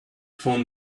phone